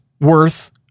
worth